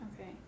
Okay